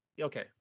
okay